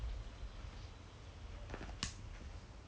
is not called bonus right but 叫什么 ah 那个